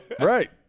right